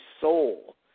soul